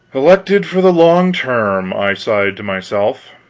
elected for the long term, i sighed to myself.